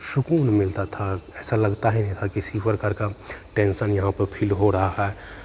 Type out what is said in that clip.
सुकून मिलता था ऐसा लगता है कि हर किसी प्रकार का टेंशन यहाँ पर फ़ील हो रहा है